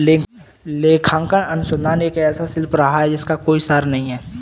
लेखांकन अनुसंधान एक ऐसा शिल्प रहा है जिसका कोई सार नहीं हैं